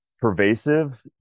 pervasive